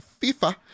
FIFA